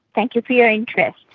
thank you for your interest.